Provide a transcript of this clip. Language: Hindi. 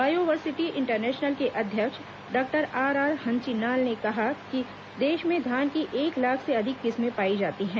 बायोवर्सिटी इन्टरनेशनल के अध्यक्ष डॉक्टर आरआर हंचिनाल ने कहा कि देश में धान की एक लाख से अधिक किस्में पाई जाती हैं